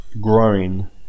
growing